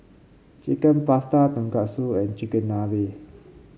Chicken Pasta Tonkatsu and Chigenabe